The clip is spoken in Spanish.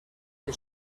que